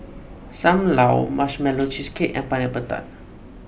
Sam Lau Marshmallow Cheesecake and Pineapple Tart